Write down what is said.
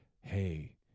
hey